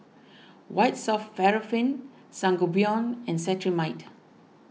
White Soft Paraffin Sangobion and Cetrimide